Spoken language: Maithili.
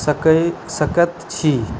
सकैत छी